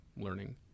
learning